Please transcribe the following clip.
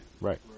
Right